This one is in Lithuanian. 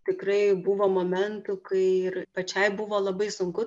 tikrai buvo momentų kai ir pačiai buvo labai sunku